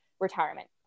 retirement